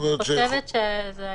לא